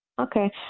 Okay